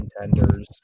contenders